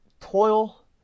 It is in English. toil